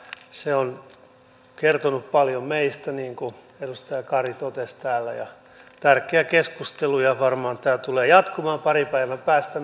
se on kertonut paljon meistä niin kuin edustaja kari totesi täällä tärkeä keskustelu ja varmaan tämä tulee jatkumaan parin päivän päästä